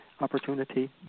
opportunity